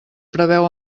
preveu